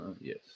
Yes